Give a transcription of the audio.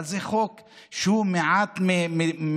אבל זה חוק שהוא מעט מדי,